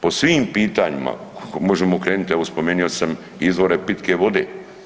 Po svim pitanjima može krenit evo spomenio sam izvore pitke vode.